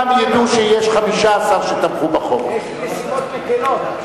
יש לי נסיבות מקלות.